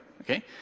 okay